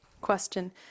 Question